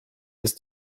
ist